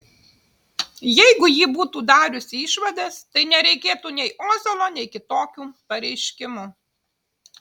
jeigu ji būtų dariusi išvadas tai nereikėtų nei ozolo nei kitokių pareiškimų